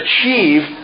achieve